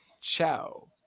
Ciao